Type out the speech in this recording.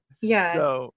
Yes